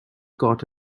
caught